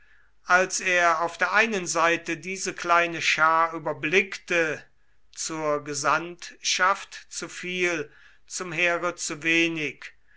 als er auf der einen seite diese kleine schar überblickte zur gesandtschaft zu viel zum heere zu wenig